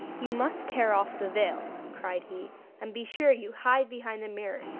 you must tear off the veil cried he and be sure you hide behind the mirror.